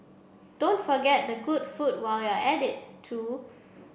don't forget the good food while you're at it too